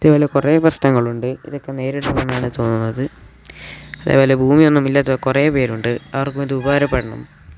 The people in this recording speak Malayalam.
ഇതേപോലെ കുറേ പ്രശ്നങ്ങളുണ്ട് ഇതൊക്കെ നേരിടണമെന്നാണ് തോന്നുന്നത് അതേപോലെ ഭൂമിയൊന്നും ഇല്ലാത്ത കുറേപേരുണ്ട് അവർക്കും ഇത് ഉപകാരപ്പെടണം